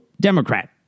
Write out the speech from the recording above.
Democrat